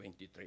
23